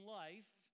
life